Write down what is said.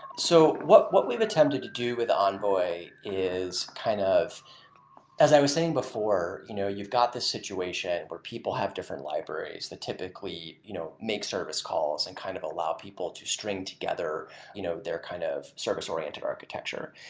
so what what we've attempted to do with envoy is kind of as i was saying before, you know you've got this situation where people have different libraries that typically you know make service calls and kind of allow people to string together you know their kind of service-oriented architecture.